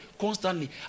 constantly